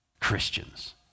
Christians